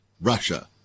Russia